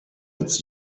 its